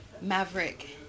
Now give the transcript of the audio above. maverick